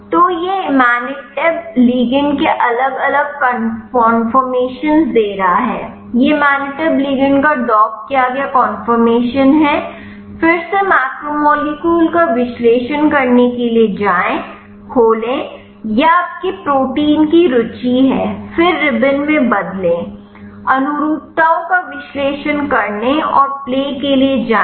तो यह imatinib ligand के अलग अलग कन्फ़र्मर्स दे रहा है यह इमातिनब लिगंड का डॉक किया गया कन्फर्मेशन है फिर से मैक्रोमोलेक्यूल का विश्लेषण करने के लिए जाएं खोलें यह आपकी प्रोटीन की रुचि है फिर रिबन में बदलें अनुरूपताओं का विश्लेषण करने और प्ले के लिए जाएं